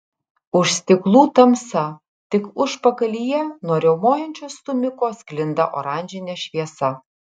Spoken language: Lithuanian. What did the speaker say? už stiklų tamsa tik užpakalyje nuo riaumojančio stūmiko sklinda oranžinė šviesa